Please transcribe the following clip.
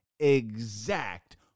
exact